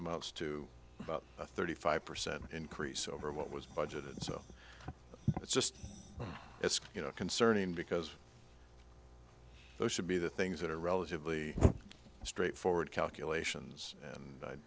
amounts to about a thirty five percent increase over what was budgeted so it's just it's you know concerning because those should be the things that are relatively straightforward calculations and